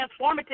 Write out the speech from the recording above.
transformative